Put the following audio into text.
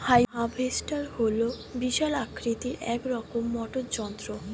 harvester হল বিশাল আকৃতির এক রকমের মোটর যন্ত্র